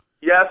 Yes